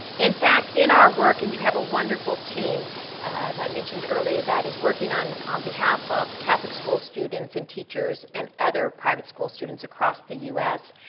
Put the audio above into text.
in fact, in our work, and you have a wonderful team i mentioned earlier that is working on um behalf of catholic school students and teachers and other private school students across the u s,